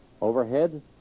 Overhead